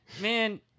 Man